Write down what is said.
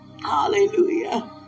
hallelujah